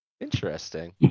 Interesting